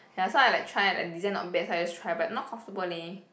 ya so I like try like design not bad so I just try but not comfortable leh